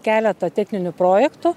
keletą techninių projektų